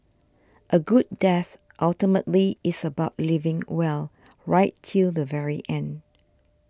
a good death ultimately is about living well right till the very end